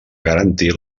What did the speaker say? garantir